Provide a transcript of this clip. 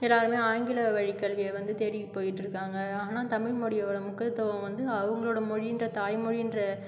எல்லோருமே ஆங்கில வழிக்கல்வியை வந்து தேடி போய்ட்ருக்காங்க ஆனால் தமிழ்மொழியோட முக்கியத்துவம் வந்து அவங்ளோட மொழின்ற தாய்மொழின்ற